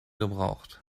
gebraucht